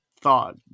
thought